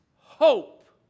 hope